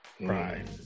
Right